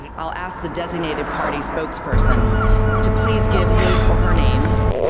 and i'll ask the designated party spokesperson to please give his or her name,